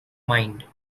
mind